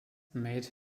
made